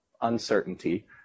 uncertainty